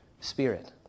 spirit